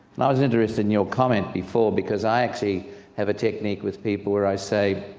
and i was interested in your comment before, because i actually have a technique with people where i say,